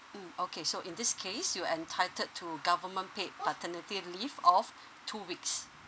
mm okay so in this case you entitled to government paid paternity leave of two weeks